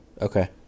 okay